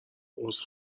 عذر